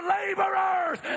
laborers